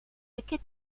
aquest